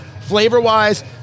Flavor-wise